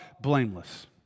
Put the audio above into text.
blameless